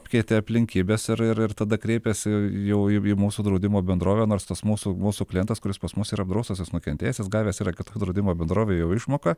apkeitė aplinkybes ir ir ir tada kreipėsi jau į mūsų draudimo bendrovę nors tas mūsų mūsų klientas kuris pas mus yra apdraustasis jis nukentėjęsis gavęs yra kitoj draudimo bendrovėj jau išmoką